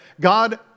God